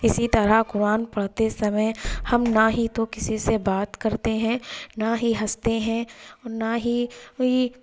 اسی طرح قرآن پڑھتے سمے ہم نہ ہی تو کسی سے بات کرتے ہیں نا ہی ہنستے ہیں نا ہی ای